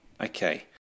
Okay